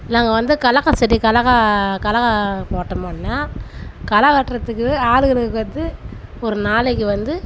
நாங்கள் வந்து கடலக்கா செடி கடலக்கா கடலக்கா போட்டோமென்னா களை வெட்டுறதுக்கு ஆள்களுக்கு வந்து ஒரு நாளைக்கு வந்து